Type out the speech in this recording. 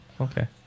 Okay